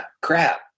crap